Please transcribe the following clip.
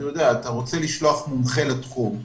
אם אתה רוצה לשלוח מומחה לתחום,